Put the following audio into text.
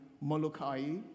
Molokai